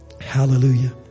Hallelujah